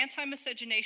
anti-miscegenation